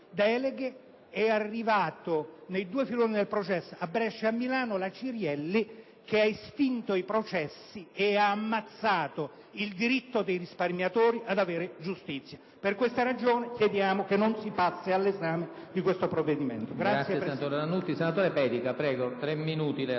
è arrivata nei due filoni del processo, a Brescia e a Milano, la Cirielli, che ha estinto i processi e ha ammazzato il diritto dei risparmiatori ad avere giustizia. Per questa ragione chiediamo che non si passi all'esame del provvedimento